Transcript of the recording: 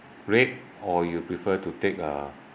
rate or you prefer to take a